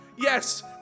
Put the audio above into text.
yes